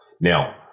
Now